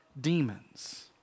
demons